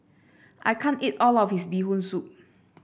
I can't eat all of this Bee Hoon Soup